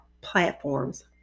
platforms